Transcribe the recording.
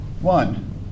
One